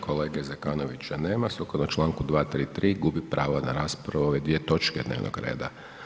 Kolege Zekanovića nema, sukladno čl. 233. gubi pravo na raspravu o ove dvije točke dnevnog reda.